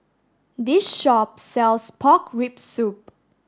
this shop sells pork rib soup